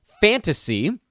fantasy